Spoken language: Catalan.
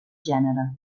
gènere